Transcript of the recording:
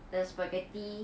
the spaghetti